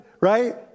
right